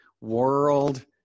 World